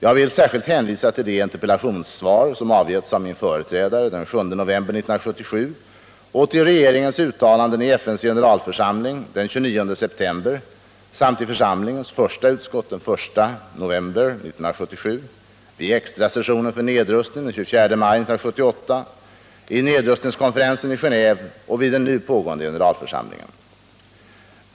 Jag vill särskilt hänvisa till det interpellationssvar som avgetts av min företrädare den 7 november 1977 och till regeringens uttalanden i FN:s generalförsamling den 29 september samt i församlingens första utskott den I november 1977, vid extrasessionen för nedrustning den 24 maj 1978, i nedrustningskonferensen i Genéve och vid den nu pågående generalförsamlingen.